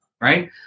right